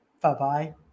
bye-bye